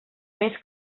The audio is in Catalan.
més